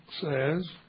says